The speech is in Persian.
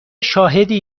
شاهدی